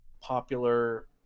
popular